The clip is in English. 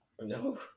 No